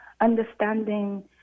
understanding